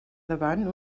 davant